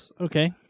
Okay